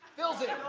fills in.